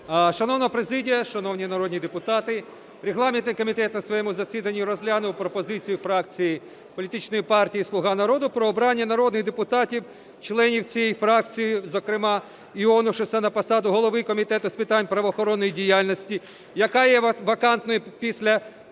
Шановна президія, шановні народні депутати, регламентний комітет на своєму засіданні розглянув пропозицію фракції політичної партії "Слуга народу" про орання народних депутатів членів цієї фракції, зокрема Іонушаса, на посаду голови Комітету з питань правоохоронної діяльності, яка є вакантною після припинення